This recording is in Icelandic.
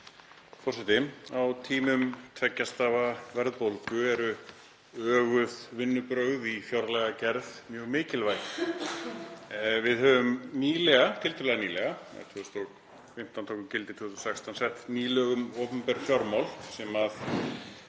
Forseti. Á tímum tveggja stafa verðbólgu eru öguð vinnubrögð í fjárlagagerð mjög mikilvæg. Við höfum nýlega, eða tiltölulega nýlega, 2015, lögin tóku gildi 2016, sett ný lög um opinber fjármál sem